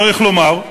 צריך לומר,